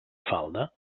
falda